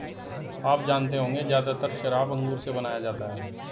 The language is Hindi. आप जानते होंगे ज़्यादातर शराब अंगूर से बनाया जाता है